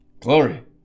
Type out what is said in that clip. Glory